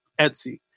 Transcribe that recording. etsy